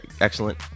excellent